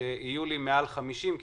שיהיו לי מעל 50 חברי כנסת שיתמכו בחוק,